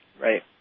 Right